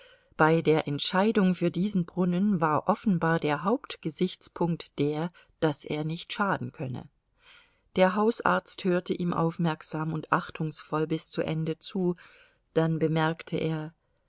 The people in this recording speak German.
bei der entscheidung für diesen brunnen war offenbar der hauptgesichtspunkt der daß er nicht schaden könne der hausarzt hörte ihm aufmerksam und achtungsvoll bis zu ende zu dann bemerkte er